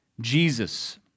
Jesus